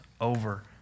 over